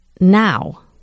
now